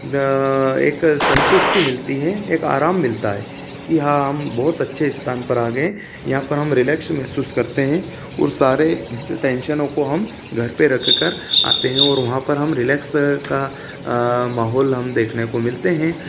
अ एक संतुष्टि मिलती है एक आराम मिलता है कि हाँ हम बहुत अच्छे स्थान पर आ गए यहाँ पर हम रिलेक्श महसूस करते हैं और सारे टेंशनों को हम घर पर कर आते हैं और वहाँ पर रिलैक्स का माहौल हम देखने को मिलते है